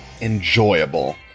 Enjoyable